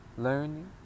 learning